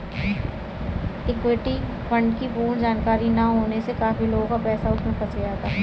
equity fund की पूर्ण जानकारी ना होने से काफी लोगों का पैसा उसमें फंस गया था